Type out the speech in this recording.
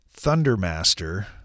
Thundermaster